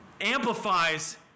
amplifies